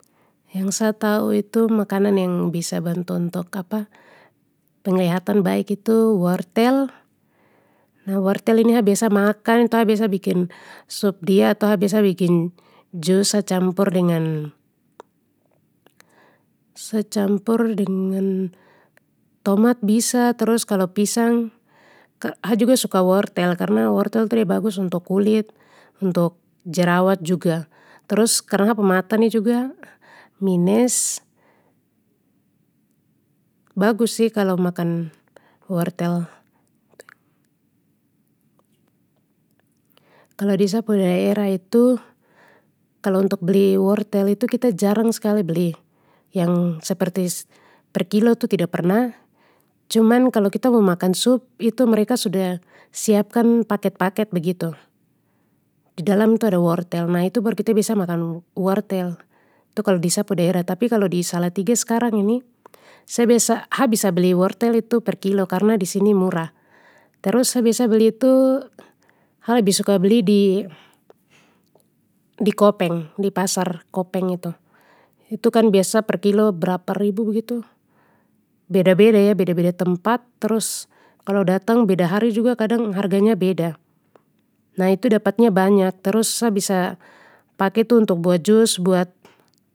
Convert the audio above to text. Yang sa tahu itu makanan yang bisa bantu untuk penglihatan baik itu wortel, nah wortel ini ha biasa makan itu ha biasa bikin sup dia atau ha biasa bikin jus sa campur dengan, sa campur dengan, tomat bisa trus kalo pisang, ha juga suka wortel karna wortel itu de bagus kulit, untuk jerawat juga trus karna ha pu mata ni juga minus. Bagus sih kalo makan wortel. Kalo di sa pu daerah itu, kalo untuk beli wortel itu kita jarang skali beli, yang seperti per kilo itu tida pernah, cuman kalo kita mau makan sup itu mereka sudah siapkan paket paket begitu, di dalam itu ada wortel nah itu baru kita biasa makan wortel tu kalo di sa pu daerah tapi kalo di salatiga skarang ini, sa biasa ha bisa beli wortel tu per kilo karna disini murah, terus sa biasa beli tu ha lebih suka beli di, di kopeng di pasar kopeng itu, itu kan biasa per kilo berapa ribu begitu, beda beda eh beda beda tempat terus, kalo datang beda hari juga kadang harganya beda. Nah itu dapatnya banyak trus sa bisa pake untuk buat jus buat.